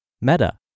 Meta